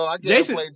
Jason